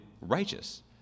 righteous